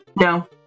No